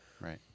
Right